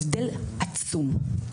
הבדל עצום.